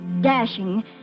dashing